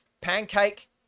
pancake